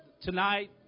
tonight